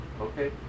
Okay